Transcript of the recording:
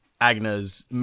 Agnes